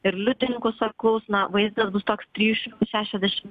ir liudininkus apklaus na vaizdas bus toks trijų šimtų šešiasdešimt